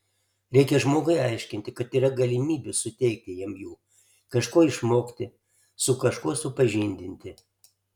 reikia žmogui aiškinti kad yra galimybių suteikti jam jų kažko išmokti su kažkuo supažindinti